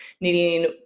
needing